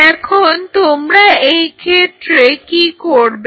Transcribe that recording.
এখন তোমরা এই ক্ষেত্রে কি করবে